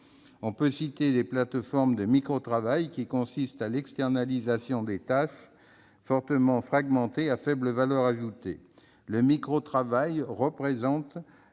On peut aussi citer les plateformes de micro-travail, qui consistent à l'externalisation de tâches fortement fragmentées et à faible valeur ajoutée. Le micro-travail représente